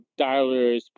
dialers